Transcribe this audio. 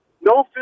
no